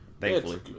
Thankfully